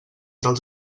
dels